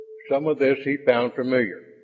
some of this he found familiar,